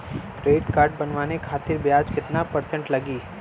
Credit card बनवाने खातिर ब्याज कितना परसेंट लगी?